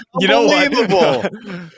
Unbelievable